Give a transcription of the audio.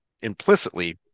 implicitly